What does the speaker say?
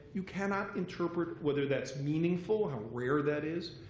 you cannot interpret whether that's meaningful or how rare that is.